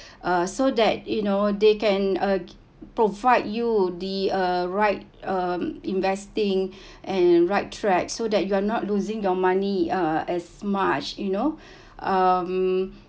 uh so that you know they can uh provide you the uh right um investing and right track so that you're not losing your money uh as much you know um